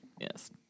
Yes